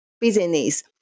business